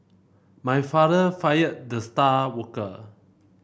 my father fired the star worker